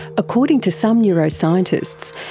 according to some neuroscientists,